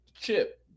chip